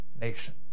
nation